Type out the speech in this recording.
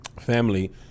family